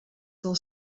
del